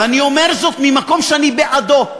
ואני אומר זאת ממקום שאני בעדו,